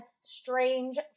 strange